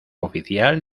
oficial